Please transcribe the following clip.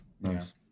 nice